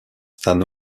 stan